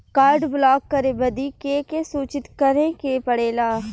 Card block करे बदी के के सूचित करें के पड़ेला?